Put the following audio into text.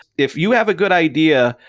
if you have a good idea,